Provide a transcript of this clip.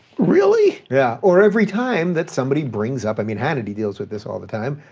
really? yeah, or every time that somebody brings up, i mean hannity deals with this all the time.